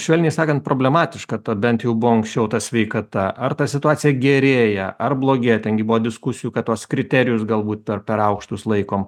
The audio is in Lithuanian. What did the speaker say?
švelniai sakant problematiška ta bent jau buvo anksčiau ta sveikata ar ta situacija gerėja ar blogėja ten gi buvo diskusijų kad tuos kriterijus galbūt per per aukštus laikom